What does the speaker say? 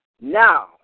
now